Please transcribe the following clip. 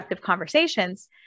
conversations